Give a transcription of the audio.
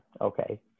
okay